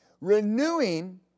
Renewing